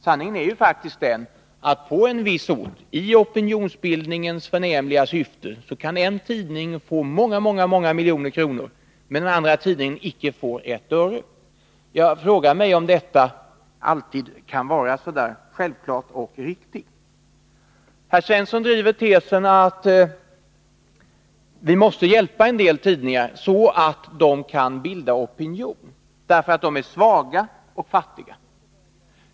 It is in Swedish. Sanningen är ju den att på en viss ort, i opinionsbildningens förnämliga syfte, kan en tidning få många miljoner kronor, medan en annan tidning icke får ett öre. Jag frågar mig om detta alltid kan vara självklart och riktigt. Herr Svensson driver tesen att vi måste hjälpa en del tidningar, så att de kan bilda opinion — tidningar som är svaga och fattiga.